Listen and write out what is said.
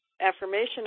affirmation